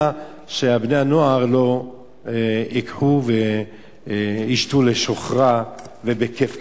שבני-הנוער לא ייקחו וישתו לשוכרה ובכיף,